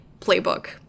playbook